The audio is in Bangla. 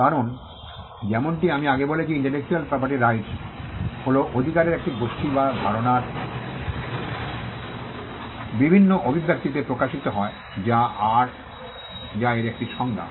কারণ যেমনটি আমি আগে বলেছি ইন্টেলেকচুয়াল প্রপার্টি রাইটস হল অধিকারের একটি গোষ্ঠী যা ধারণার বিভিন্ন অভিব্যক্তিতে প্রকাশিত হয় যা এর একটি সংজ্ঞা